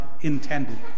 intended